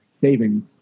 savings